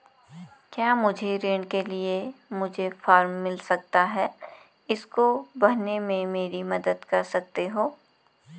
क्या मुझे ऋण के लिए मुझे फार्म मिल सकता है इसको भरने में मेरी मदद कर सकते हो?